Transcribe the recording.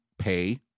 Pay